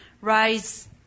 rise